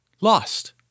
lost